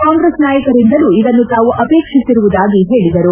ಕಾಂಗ್ರೆಸ್ ನಾಯಕರಿಂದಲೂ ಇದನ್ನು ತಾವು ಅಪೇಕ್ಷಿಸಿರುವುದಾಗಿ ಹೇಳಿದರು